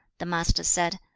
the master said,